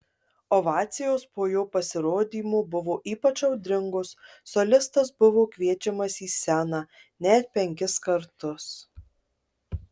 ovacijos po jo pasirodymo buvo ypač audringos solistas buvo kviečiamas į sceną net penkis kartus